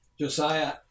Josiah